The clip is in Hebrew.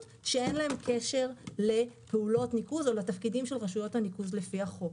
שאין להם קשר לפעולות ניקוז או לתפקידים של רשויות הניקוז לפי החוק.